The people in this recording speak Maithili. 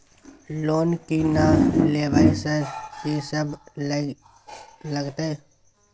लोन की ना लेबय सर कि सब लगतै?